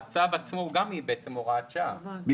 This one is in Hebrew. הצו עצמו הוא גם הוראת שעה ותוקפו כתוקפן של התקנות.